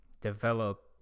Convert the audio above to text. develop